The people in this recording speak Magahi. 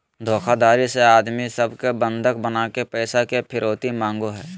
धोखाधडी से आदमी सब के बंधक बनाके पैसा के फिरौती मांगो हय